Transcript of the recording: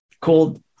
called